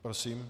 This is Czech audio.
Prosím.